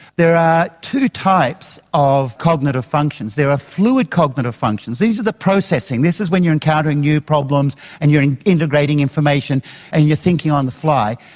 there are two types of cognitive functions. there are fluid cognitive functions, these are the processing, this is when you are encountering new problems and you are integrating information and you are thinking on the fly.